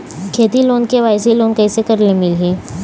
खेती loan KYC loan कइसे करे ले मिलही?